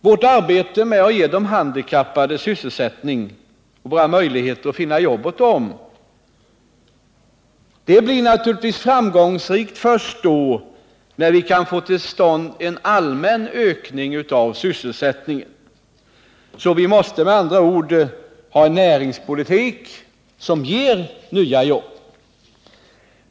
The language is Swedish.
Vårt arbete med att ge de handikappade sysselsättning, våra möjligheter att finna jobb åt dem, blir naturligtvis framgångsrikt först då vi kan få till stånd en allmän ökning av sysselsättningen. Vi måste med andra ord ha en näringspolitik som ger nya jobb.